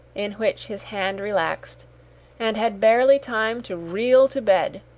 in which his hand relaxed and had barely time to reel to bed,